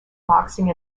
boxing